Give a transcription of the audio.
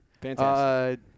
Fantastic